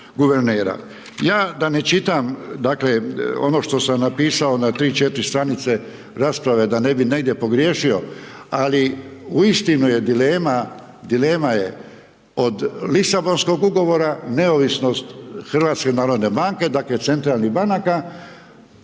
Ja da ne čitam dakle ono što sam napisao na 3, 4 stranice rasprave da ne bih negdje pogriješio ali uistinu je dilema, dilema je od Lisabonskog ugovora, neovisnost HNB-a, dakle centralnih banaka,